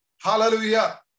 Hallelujah